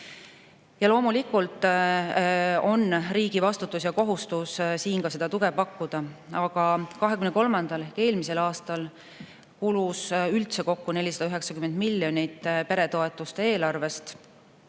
Ja loomulikult on riigi vastutus ja kohustus seda tuge pakkuda. 2023. ehk eelmisel aastal kulus üldse kokku 490 miljonit peretoetuste eelarvest